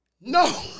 No